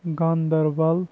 Ganderbal